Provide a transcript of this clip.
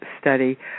study